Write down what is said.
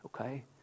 okay